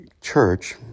church